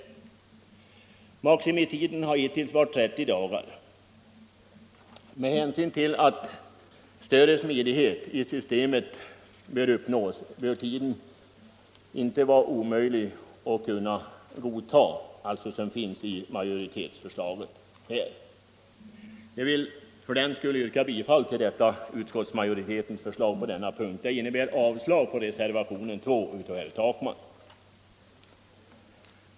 Maximitiden har hittills varit 30 dagar. Med hänsyn till att största smidighet i systemet bör uppnås bör den tid som anges i majoritetsförslaget inte vara omöjlig att godta. Herr talman! Jag yrkar bifall till utskottsmajoritetens förslag på denna punkt, vilket innebär att jag yrkar avslag på reservationen 2 av herr Takman.